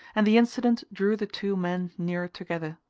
and the incident drew the two men nearer together.